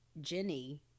Jenny